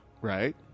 Right